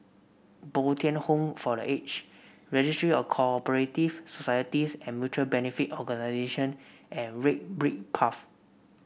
Bo Tien Home for The Age Registry of Co operative Societies and Mutual Benefit Organisation and Red Brick Path